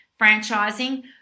franchising